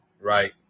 right